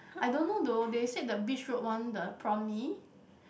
I don't know though they said the Beach Road one the Prawn Mee